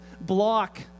block